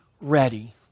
ready